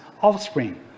offspring